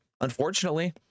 unfortunately